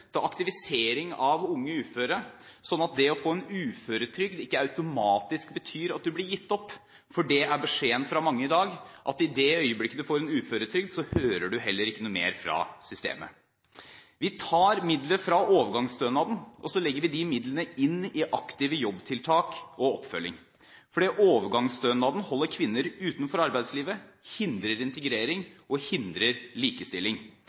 til aktivisering av unge uføre, slik at det å få en uføretrygd ikke automatisk betyr at du blir gitt opp. Det er beskjeden fra mange i dag; at i det øyeblikket du får en uføretrygd, hører du heller ikke mer fra systemet. Vi tar midler fra overgangsstønaden og legger de midlene inn i aktive jobbtiltak og oppfølging. Overgangsstønaden holder kvinner utenfor arbeidslivet, hindrer integrering og hindrer likestilling.